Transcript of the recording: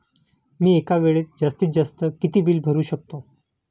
मी एका वेळेस जास्तीत जास्त किती बिल भरू शकतो?